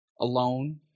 Alone